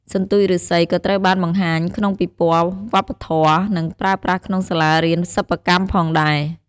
សន្ទូចឬស្សីក៏ត្រូវបានបង្ហាញក្នុងពិព័រណ៍វប្បធម៌ និងប្រើប្រាស់ក្នុងសាលារៀនសិប្បកម្មផងដែរ។